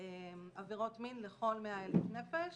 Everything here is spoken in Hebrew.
עבירות מין לכל 100,000 נפש.